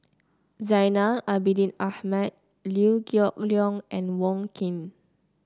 Zainal Abidin Ahmad Liew Geok Leong and Wong Keen